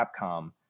Capcom